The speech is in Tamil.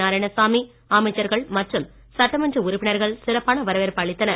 நாராயணசாமி அமைச்சர்கள் மற்றும் சட்டமன்ற உறுப்பினர்கள் சிறப்பான வரவேற்பு அளித்தனர்